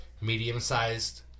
medium-sized